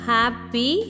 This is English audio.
happy